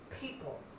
people